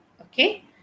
Okay